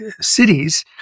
cities